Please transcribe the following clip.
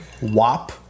Wop